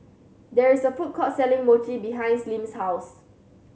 there is a food court selling Mochi behind Lim's house